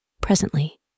Presently